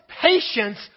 patience